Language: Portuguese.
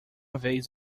vez